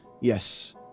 Yes